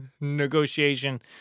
negotiation